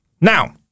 Now